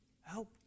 Help